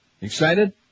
Excited